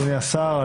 אדוני השר.